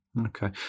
Okay